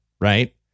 right